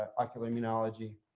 ocular immunology.